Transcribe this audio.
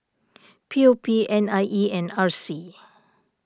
P O P N I E and R C